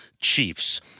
Chiefs